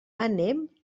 anem